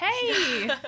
hey